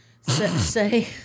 say